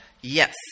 Yes